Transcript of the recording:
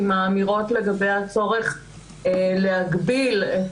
עם האמירות לגבי הצורך להגביל את